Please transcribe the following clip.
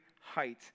height